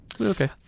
Okay